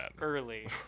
early